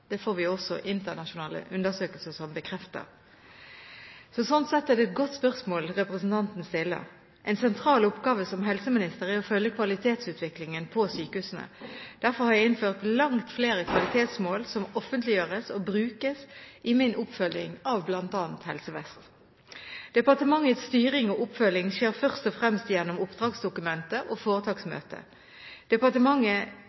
Det får vi også bekreftet av internasjonale undersøkelser. Slik sett er det et godt spørsmål representanten stiller. En sentral oppgave som helseminister er å følge kvalitetsutviklingen på sykehusene. Derfor har jeg innført langt flere kvalitetsmål som offentliggjøres og brukes i min oppfølging av bl.a. Helse Vest. Departementets styring og oppfølging skjer først og fremst gjennom oppdragsdokumentet og